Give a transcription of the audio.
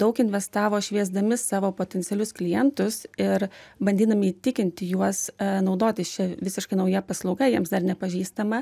daug investavo šviesdami savo potencialius klientus ir bandydami įtikinti juos naudotis šia visiškai nauja paslauga jiems dar nepažįstama